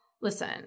listen